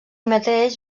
mateix